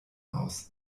aus